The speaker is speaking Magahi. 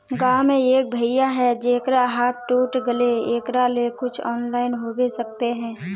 गाँव में एक भैया है जेकरा हाथ टूट गले एकरा ले कुछ ऑनलाइन होबे सकते है?